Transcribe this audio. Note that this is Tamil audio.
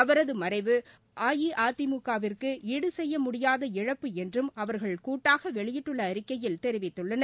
அவரது மறைவு அஇஅதிமுக விற்கு ஈடு செய்ய முடியாத இழப்பு என்றும் அவர்கள் கூட்டாக வெளியிட்டுள்ள அறிக்கையில் தெரிவிததுள்ளனர்